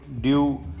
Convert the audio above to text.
due